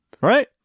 right